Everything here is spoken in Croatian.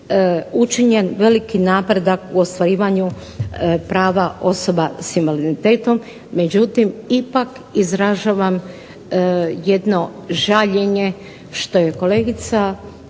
učinjen veliki napredak u ostvarivanju prava osoba s invaliditetom. Međutim ipak izražavam jedno žaljenje što je kolegica